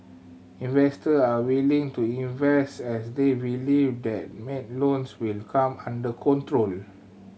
investor are willing to invest as they believe that bad loans will come under control